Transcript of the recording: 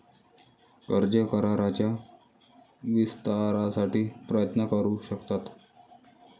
कर्ज कराराच्या विस्तारासाठी प्रयत्न करू शकतात